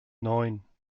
neun